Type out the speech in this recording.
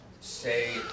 say